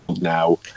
now